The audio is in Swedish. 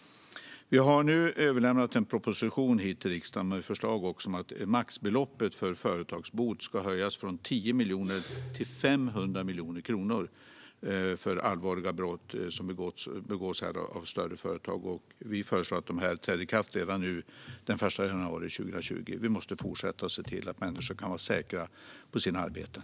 Vi har nu överlämnat en proposition till riksdagen med ett förslag om att maxbeloppet för företagsbot ska höjas från 10 miljoner till 500 miljoner kronor för allvarliga brott som begås av större företag. Vi föreslår att detta träder i kraft redan den 1 januari 2020. Vi måste fortsätta se till att människor kan vara säkra på sina arbeten.